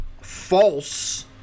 false